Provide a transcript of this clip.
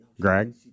Greg